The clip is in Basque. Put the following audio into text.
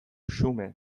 xume